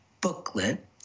booklet